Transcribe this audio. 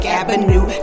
avenue